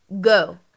go